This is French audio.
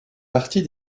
partie